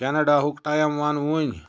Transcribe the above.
Canada ہُک time وَن وٕنۍ